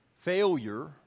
Failure